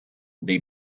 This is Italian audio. dei